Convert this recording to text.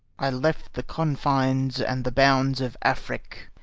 i left the confines and the bounds of afric,